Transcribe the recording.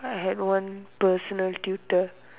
I had one personal tutor